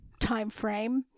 timeframe